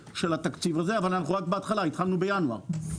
אבל אנו רק בהתחלה התחלנו בינואר.